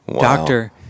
Doctor